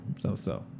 So-so